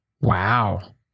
Wow